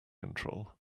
control